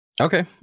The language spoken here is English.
Okay